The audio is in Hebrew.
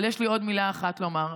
אבל יש לי עוד מילה אחת לומר,